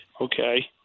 Okay